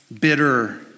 bitter